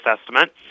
estimate